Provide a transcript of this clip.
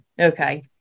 okay